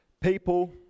people